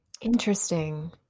Interesting